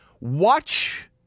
watch